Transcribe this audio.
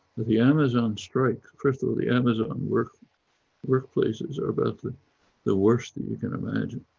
the the amazon strike cripple the amazon work workplaces are about the the worst thing you can imagine.